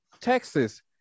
Texas